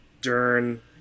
Dern